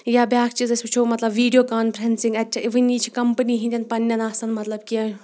یا بیاکھ چیٖز أسۍ وٕچھوطلب ویٖڈیو کانفرؠسنٛگ اَتہِ چھِ وٕنی چھِ کَمٔنی ہٕنٛدٮ۪نَن مطلب کینٛہہ